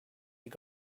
you